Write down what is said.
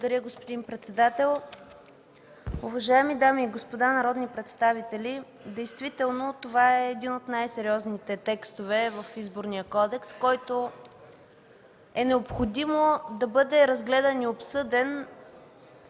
Благодаря, господин председател. Уважаеми дами и господа народни представители, действително това е един от най-сериозните текстове в Изборния кодекс, който е необходимо да бъде разгледан и обсъден